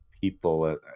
people